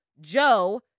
Joe